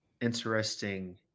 interesting